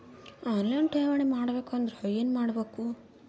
On line ಠೇವಣಿ ಮಾಡಬೇಕು ಅಂದರ ಏನ ಮಾಡಬೇಕು?